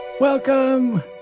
Welcome